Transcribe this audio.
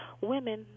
women